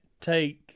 take